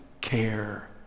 care